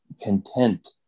content